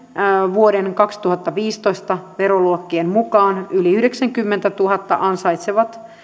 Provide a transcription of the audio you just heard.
vuoden kaksituhattaviisitoista veroluokkien mukaan yli yhdeksänkymmentätuhatta ansaitsevat